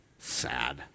Sad